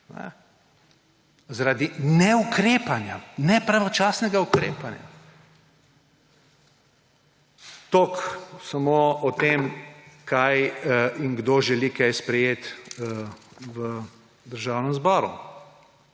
zaradi neukrepanja, nepravočasnega ukrepanja. Toliko samo o tem kaj in kdo želi kaj sprejeti v Državnem zboru.